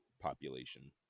population